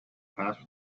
passed